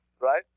right